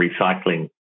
recycling